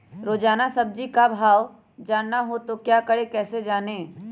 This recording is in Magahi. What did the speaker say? रोजाना सब्जी का भाव जानना हो तो क्या करें कैसे जाने?